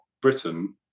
Britain